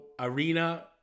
Arena